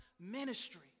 ministry